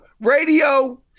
radio